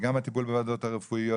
גם הטיפול בוועדות הרפואיות,